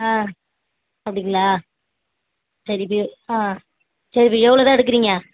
ஆ அப்படிங்களா சரி இது ஆ சரி இப்போ எவ்வளோ தான் எடுக்குறீங்க